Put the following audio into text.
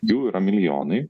jų yra milijonai